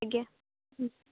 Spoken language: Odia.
ଆଜ୍ଞା